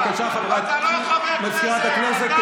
בבקשה, מזכירת הכנסת.